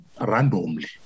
randomly